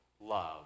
love